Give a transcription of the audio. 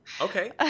Okay